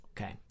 Okay